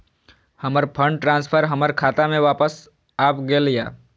हमर fund transfer हमर खाता में वापस आब गेल या